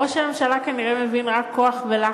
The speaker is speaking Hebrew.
ראש הממשלה כנראה מבין רק כוח ולחץ.